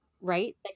Right